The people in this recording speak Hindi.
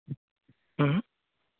हूँ